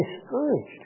discouraged